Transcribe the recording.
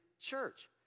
church